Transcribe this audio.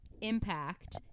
impact